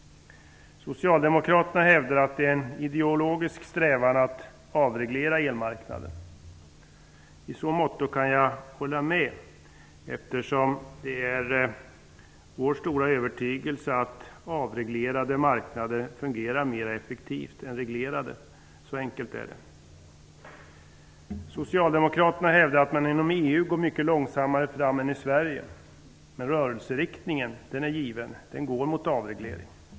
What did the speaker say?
Socialdemokraterna hävdar att det är en ideologisk strävan att avreglera elmarknaden. I så måtto kan jag hålla med. Vi är nämligen fast övertygade om att avreglerade marknader fungerar effektivare än reglerade. Så enkelt är det. Socialdemokraterna hävdar att man inom EU går mycket långsammare fram än som sker i Sverige. Men rörelseriktningen är given. Det går mot en avreglering.